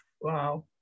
Wow